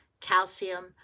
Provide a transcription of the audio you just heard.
calcium